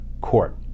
Court